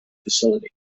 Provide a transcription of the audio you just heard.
facility